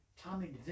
Tommy